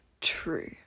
true